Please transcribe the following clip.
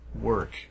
work